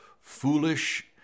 foolish